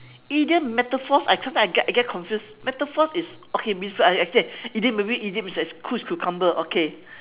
idiom metaphors I sometimes I get I get confused metaphors is okay maybe like I say idiom maybe idiom is cool as a cucumber okay